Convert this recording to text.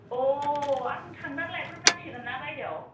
अ आं थांना लायब्र'ब नांसिगोन ना बायदेव